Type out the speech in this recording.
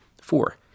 Four